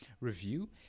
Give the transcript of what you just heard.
review